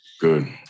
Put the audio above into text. Good